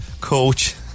coach